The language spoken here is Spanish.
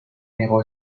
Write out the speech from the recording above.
negó